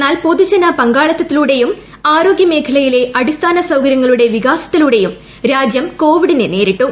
എന്നാൽ പൊതുജന പങ്കാളിത്തത്തിലൂടെയും ആരോഗ്യമേഖലയിലെ അടിസ്ഥാന സൌകര്യങ്ങളുടെ വികാസത്തിലൂടെയും രാജ്യം കോവിഡിനെ നേരിട്ടു